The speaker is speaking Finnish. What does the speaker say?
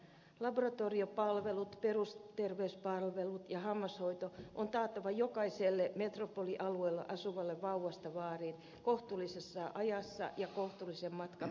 laboratoriopalvelut perusterveyspalvelut ja hammashoito on taattava jokaiselle metropolialueella asuvalle vauvasta vaariin kohtuullisessa ajassa ja kohtuullisen matkan päässä